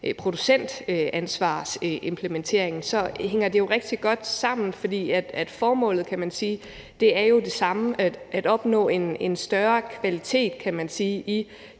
producentansvarsimplementeringen: Det hænger jo rigtig godt sammen, fordi formålet, kan man sige, er det samme, nemlig at opnå en højere kvalitet i de